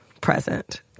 present